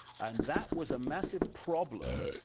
and that was a massive problem,